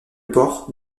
port